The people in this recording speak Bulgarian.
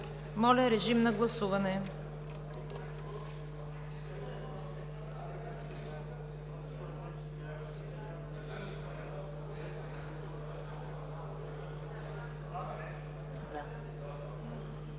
Моля, режим на гласуване.